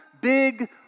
big